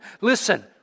Listen